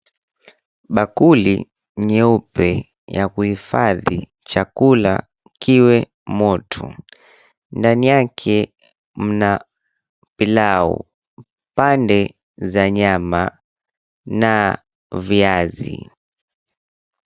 Bakuli nyeupe ya kuhifadhi chakula kiwe moto. Ndani yake mna pilau, pande za nyama na viazi.